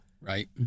right